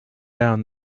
down